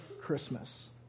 Christmas